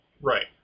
Right